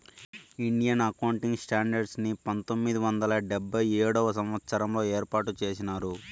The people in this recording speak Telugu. ఇండియన్ అకౌంటింగ్ స్టాండర్డ్స్ ని పంతొమ్మిది వందల డెబ్భై ఏడవ సంవచ్చరంలో ఏర్పాటు చేసినారు